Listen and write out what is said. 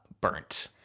burnt